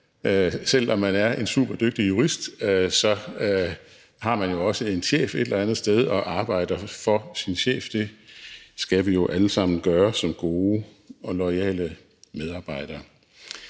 selv om man er en superdygtig jurist, har man jo også en chef et eller andet sted, som man arbejder for. Det skal vi jo alle sammen gøre som gode og loyale medarbejdere.